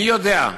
מי יודע,